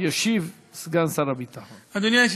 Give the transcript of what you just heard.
ישיב סגן שר הביטחון.